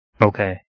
Okay